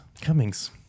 Cummings